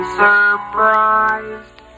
surprised